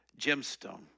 gemstone